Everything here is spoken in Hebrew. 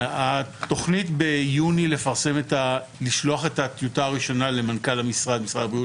התוכנית היא ביוני לשלוח את הטיוטה הראשונה למנכ"ל משרד הבריאות,